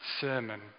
sermon